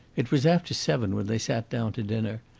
it was after seven when they sat down to dinner,